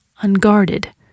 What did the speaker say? unguarded